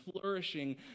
flourishing